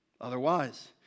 Otherwise